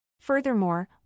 Furthermore